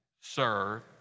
serve